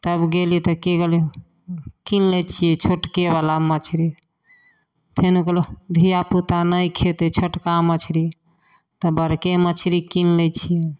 तब गेली तऽ की केली कीन लै छी छोटके बला मछरी फेर कहलहुॅं ओह धियापुता नहि खेतै छोटका मछरी तऽ बड़के मछरी कीन लै छियै